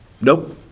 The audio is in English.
Nope